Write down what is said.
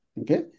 Okay